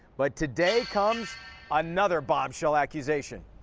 but today comes another bombshell accusation.